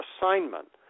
assignment